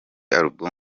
album